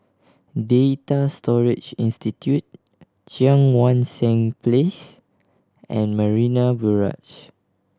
Data Storage Institute Cheang Wan Seng Place and Marina Barrage